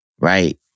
right